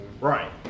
Right